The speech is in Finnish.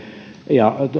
ja